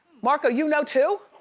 marco, you know too?